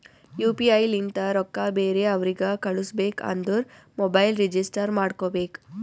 you P I ಲಿಂತ ರೊಕ್ಕಾ ಬೇರೆ ಅವ್ರಿಗ ಕಳುಸ್ಬೇಕ್ ಅಂದುರ್ ಮೊಬೈಲ್ ರಿಜಿಸ್ಟರ್ ಮಾಡ್ಕೋಬೇಕ್